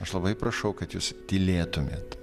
aš labai prašau kad jūs tylėtumėt